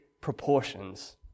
proportions